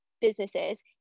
businesses